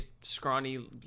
scrawny